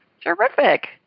Terrific